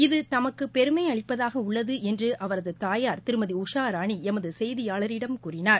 இது தமக்கு பெருமையளிப்பதாக உள்ளது என்று அவரது தாயார் திருமதி உஷாராணி எமது செய்தியாளரிடம் கூறினார்